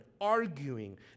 arguing